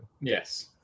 Yes